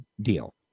deal